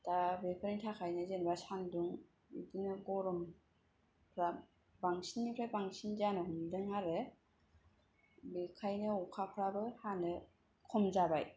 दा बेफोरनि थाखायनो जेनेबा सान्दुं बिदिनो गरम बिराद बांसिननिफ्राय बांसिन जानाय मोनदों आरो बेखायनो अखाफ्राबो हानो खम जाबाय